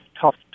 tough